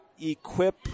Equip